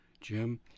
jim